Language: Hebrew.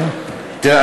תראה,